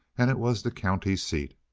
and it was the county seat.